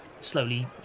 slowly